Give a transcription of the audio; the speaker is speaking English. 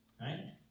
right